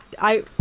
I-